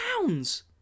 pounds